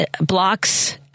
blocks